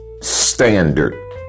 standard